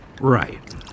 Right